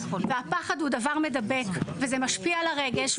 והפחד הוא דבר מדבק וזה משפיע על הרגש,